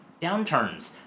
downturns